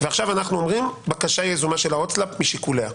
ועכשיו אנחנו אומרים בקשה יזומה של ההוצאה לפועל משיקוליה.